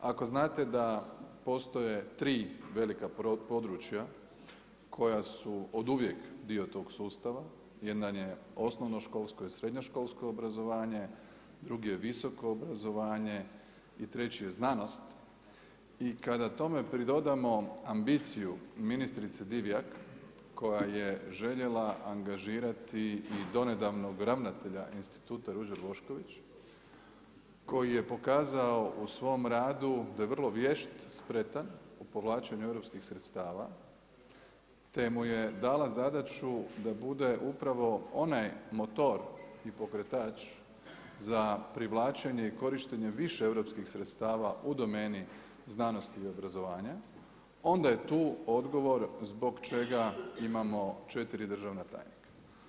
Ako znate da postoje 3 velika područja koja su oduvijek dio tog sustava, jedan je osnovnoškolsko i srednjoškolsko obrazovanje, drugi je visoko obrazovanje i treći je znanost i kada tome pridodamo ambiciju ministrice Divjak koja je željela angažirati i donedavnog ravnatelja Instituta Ruđer Bošković, koji je pokazao u svom radu da je vrlo vješt, spretan u povlačenju europskih sredstava, te mu je dala zadaću da bude upravo onaj motor i pokretač za privlačenje i korištenje više europskih sredstava u domeni znanosti i obrazovanja, onda je tu odgovor zbog čega imamo 4 državna tajnika.